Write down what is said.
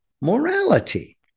morality